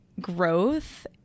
growth